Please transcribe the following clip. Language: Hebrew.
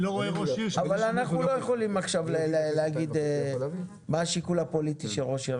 אנחנו לא יכולים עכשיו להגיד מה השיקול הפוליטי של ראש העיר.